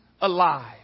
alive